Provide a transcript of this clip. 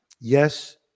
Yes